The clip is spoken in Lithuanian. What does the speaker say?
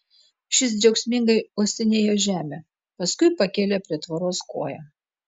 šis džiaugsmingai uostinėjo žemę paskui pakėlė prie tvoros koją